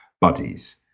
buddies